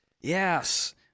Yes